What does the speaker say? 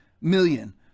million